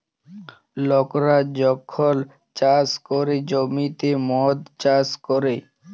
লকরা যখল চাষ ক্যরে জ্যমিতে মদ চাষ ক্যরে